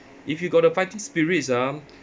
if you got the fighting spirits ah